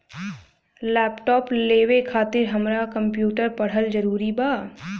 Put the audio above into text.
Laptop लेवे खातिर हमरा कम्प्युटर पढ़ल जरूरी बा?